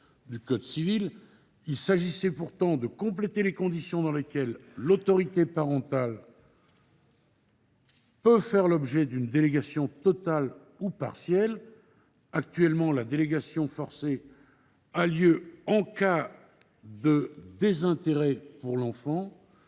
Il s’agissait pourtant de compléter les conditions dans lesquelles l’autorité parentale peut faire l’objet d’une délégation totale ou partielle. Actuellement, la délégation forcée a lieu en cas de désintérêt pour l’enfant,